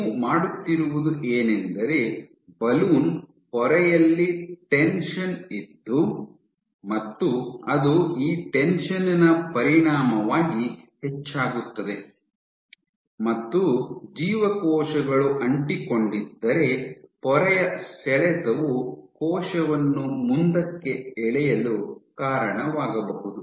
ನೀವು ಮಾಡುತ್ತಿರುವುದು ಏನೆಂದರೆ ಬಲೂನ್ ಪೊರೆಯಲ್ಲಿ ಟೆನ್ಷನ್ ಇದ್ದು ಮತ್ತು ಅದು ಈ ಟೆನ್ಶನ್ ನ ಪರಿಣಾಮವಾಗಿ ಹೆಚ್ಚಾಗುತ್ತದೆ ಮತ್ತು ಜೀವಕೋಶಗಳು ಅಂಟಿಕೊಂಡಿದ್ದರೆ ಪೊರೆಯ ಸೆಳೆತವು ಕೋಶವನ್ನು ಮುಂದಕ್ಕೆ ಎಳೆಯಲು ಕಾರಣವಾಗಬಹುದು